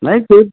नहीं कोई